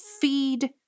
feed